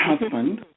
husband